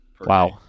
Wow